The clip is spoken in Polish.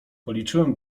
policzyłem